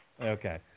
Okay